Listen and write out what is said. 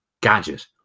gadget